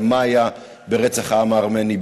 על מה שהיה ברצח העם הארמני,